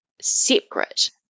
separate